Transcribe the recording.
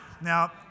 Now